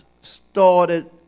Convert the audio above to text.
started